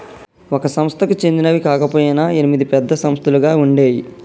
ఒక సంస్థకి చెందినవి కాకపొయినా ఎనిమిది పెద్ద సంస్థలుగా ఉండేయ్యి